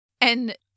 And-